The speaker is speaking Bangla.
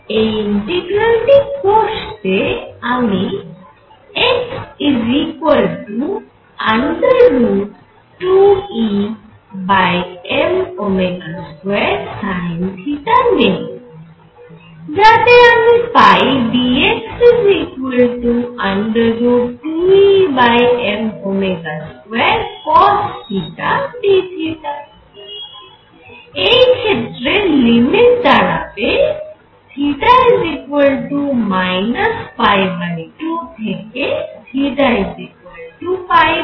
এই ইন্টিগ্রালটি কষতে আমি x 2Em2 sinθ নেব যাতে আমি পাই dx 2Em2 cosθ dθ এই ক্ষেত্রে লিমিট দাঁড়াবে θ 2 থেকে θ2